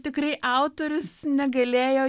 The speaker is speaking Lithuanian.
tikrai autorius negalėjo